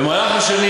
במהלך השנים